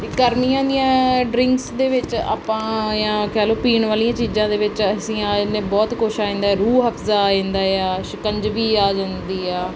ਇਹ ਗਰਮੀਆਂ ਦੀਆਂ ਡਰਿੰਕਸ ਦੇ ਵਿੱਚ ਆਪਾਂ ਜਾਂ ਕਹਿ ਲਓ ਪੀਣ ਵਾਲੀਆਂ ਚੀਜ਼ਾਂ ਦੇ ਵਿੱਚ ਅਸੀਂ ਆ ਜਾਂਦੇ ਆ ਬਹੁਤ ਕੁਛ ਆ ਜਾਂਦਾ ਰੂਹ ਅਫਜਾ ਆ ਜਾਂਦਾ ਆ ਸ਼ਿਕੰਜਵੀ ਆ ਜਾਂਦੀ ਆ